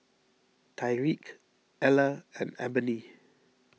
Tyreke Eller and Ebony